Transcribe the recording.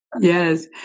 Yes